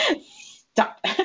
Stop